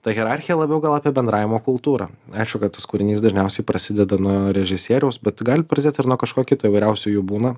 ta hierarchija labiau gal apie bendravimo kultūrą aišku kad tas kūrinys dažniausiai prasideda nuo režisieriaus bet gali prasidėt ir nuo kažko kito įvairiausių jų būna